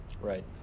Right